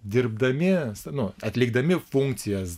dirbdami nu atlikdami funkcijas